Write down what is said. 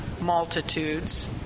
multitudes